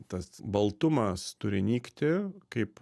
tas baltumas turi nykti kaip